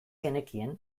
genekien